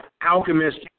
alchemist